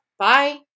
Bye